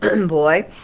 boy